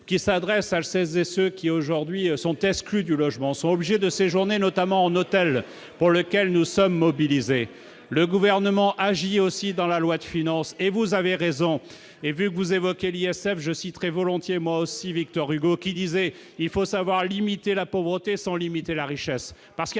qui s'adresse à 16 et ceux qui, aujourd'hui, sont exclus du logement sont obligés de séjourner notamment en hôtel pour lequel nous sommes mobilisés le gouvernement agit aussi dans la loi de finances et vous avez raison et vous évoquez l'ISF, je citerais volontiers moi aussi Victor Hugo qui disait : il faut savoir limiter la pauvreté sans limite la richesse